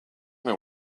know